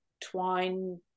twine